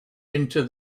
into